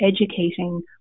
educating